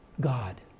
God